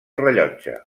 rellotge